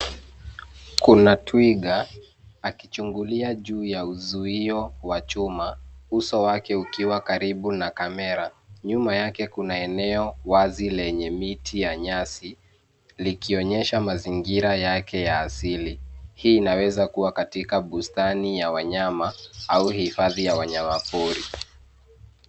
Kuna twiga akichungulia juu ya uzuio wa chuma, uso wake ukiwa karibu na kamera. Nyuma yake kuna eneo wazi lenye miti ya nyasi likionyesha mazingira yake ya asili. Hii inaweza kuwa katika bustani ya wanyama au hifadhi ya wanyamapori .